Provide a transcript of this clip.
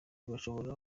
bashobora